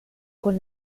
con